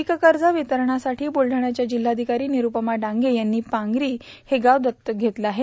पीककर्ज वितरणासाठी बुलढाण्याच्या जिल्हाधिकारी निरूपमा डांगे यांनी पांगरी हे गाव दत्तक घेतलं आहे